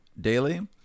daily